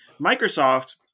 Microsoft